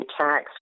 tax